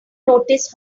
noticed